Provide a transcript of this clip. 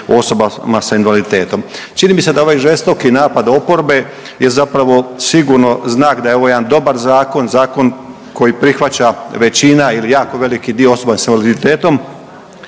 osobama sa invaliditetom. Čini mi se da ovaj žestoki napad oporbe je zapravo sigurno znak da je ovo jedan dobar zakon, zakon koji prihvaća većina ili jako veliki dio osoba sa invaliditetom